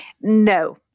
No